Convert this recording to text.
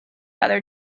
other